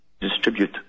distribute